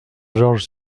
georges